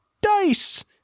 Dice